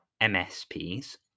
MSPs